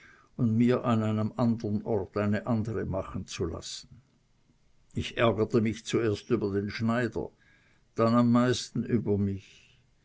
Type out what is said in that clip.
und mir an einem andern orte eine andere machen zu lassen ich ärgerte mich zuerst über den schneider dann am meisten über mich